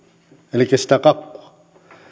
elikkä sitä kakkua